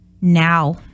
now